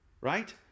Right